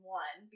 one